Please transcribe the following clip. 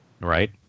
Right